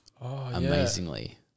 amazingly